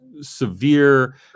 severe